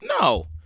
No